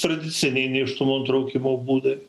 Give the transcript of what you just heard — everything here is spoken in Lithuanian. tradiciniai nėštumo nutraukimo būdai